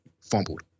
fumbled